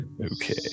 Okay